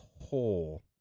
whole